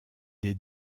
des